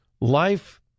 life